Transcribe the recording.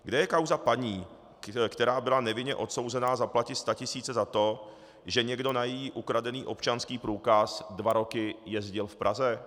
Kde je kauza paní, která byla nevinně odsouzena zaplatit statisíce za to, že někdo na její ukradený občanský průkaz dva roky jezdil v Praze?